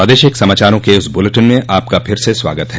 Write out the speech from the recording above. प्रादेशिक समाचारों के इस बुलेटिन में आपका फिर से स्वागत है